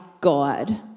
God